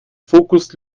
fokus